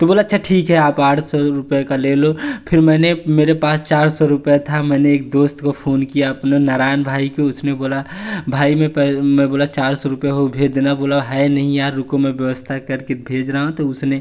तो बोला अच्छा ठीक है आप आठ सौ रुपये का ले लो फ़िर मैंने मेरे पास चार सौ रुपये था मैंने एक दोस्त को फ़ोन किया आपने नारायण भाई को उसने बोला भाई मैं पे मैं बोला चार सौ रुपये हो भेज देना बोला है नहीं यार रुको मैं व्यवस्था करके भेज रहा तो उसने